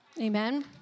Amen